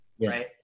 right